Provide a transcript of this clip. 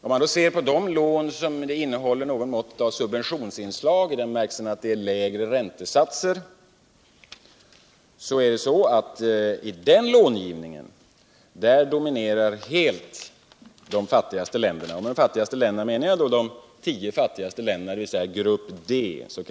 Om man ser på de lån som innehåller något mått av subventionsinslag, i den bemärkelsen att de har lägre räntesatser, finner man att i den långivningen dominerar helt de fattigaste länderna; med det menar jag då de tio fattigaste länderna, den s.k. grupp Di IDB.